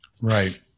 Right